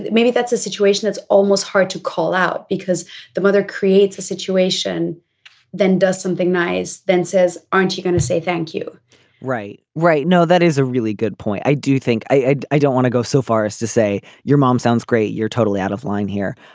maybe that's a situation that's almost hard to call out because the mother creates a situation then does something nice then says aren't you going to say thank you right right. no that is a really good point. i do think i i don't want to go so far as to say your mom sounds great you're totally out of line here.